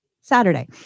Saturday